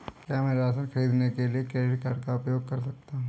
क्या मैं राशन खरीदने के लिए क्रेडिट कार्ड का उपयोग कर सकता हूँ?